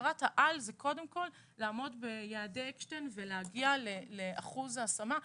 מטרת העל זה קודם כל לעמוד ביעדי אפשטיין ולהגיע לאחוז ההשמה.